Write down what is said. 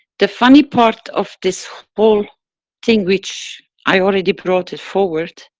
the funny part of this whole thing which, i already brought it forward,